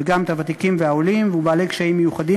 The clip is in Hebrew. וגם את הוותיקים והעולים ובעלי קשיים מיוחדים.